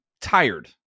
tired